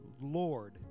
Lord